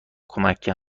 کمک